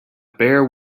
bare